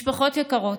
משפחות יקרות,